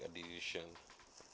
decision